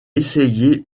essayé